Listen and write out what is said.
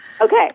Okay